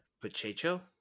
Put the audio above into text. Pacheco